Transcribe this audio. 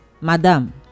madam